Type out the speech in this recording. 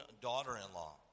daughter-in-law